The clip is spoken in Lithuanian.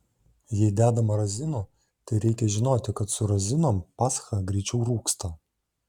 jei dedama razinų tai reikia žinoti kad su razinom pascha greičiau rūgsta